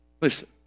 Listen